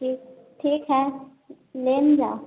ठीक ठीक हय ले ने जाउ